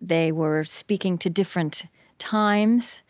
they were speaking to different times